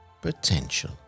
potential